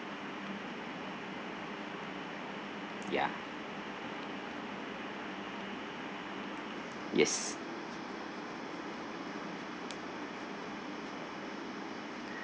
ya yes